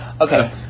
Okay